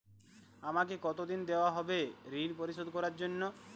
আমাকে কতদিন দেওয়া হবে ৠণ পরিশোধ করার জন্য?